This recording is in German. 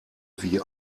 wie